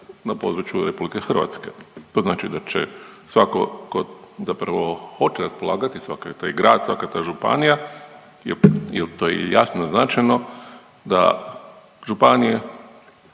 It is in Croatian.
na području Republike Hrvatske. To znači da će svatko tko zapravo hoće raspolagati, svaki taj grad, svaka ta županija ili je to jasno naznačeno da županije,